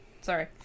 sorry